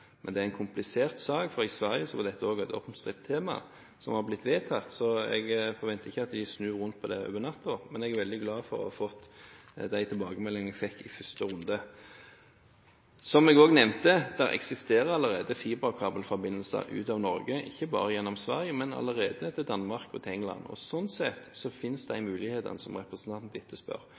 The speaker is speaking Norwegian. et omstridt tema som var blitt vedtatt, så jeg forventer ikke at de snur om på det over natten. Men jeg er veldig glad for å ha fått de tilbakemeldingene jeg fikk i første runde. Som jeg også nevnte, eksisterer det allerede fiberkabelforbindelser ut av Norge – ikke bare gjennom Sverige, men til Danmark og Storbritannia. Sånn sett finnes de mulighetene som representanten